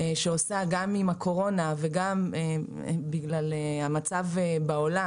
שעושה גם עם הקורונה וגם בגלל המצב בעולם,